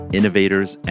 innovators